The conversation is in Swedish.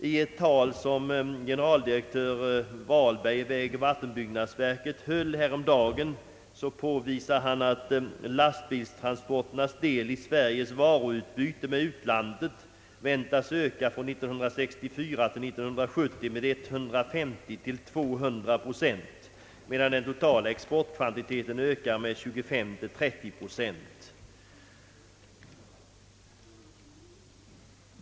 I ett tal som generaldirektör Vahlberg i vägoch vattenbyggnadsstyrelsen höll häromdagen påvisade han att lastbilstransporternas del i Sveriges varuutbyte med utlandet väntas öka från 1964 till 1970 med 150—200 procent, medan den totala exportkvantiteten ökar med 25—30 procent.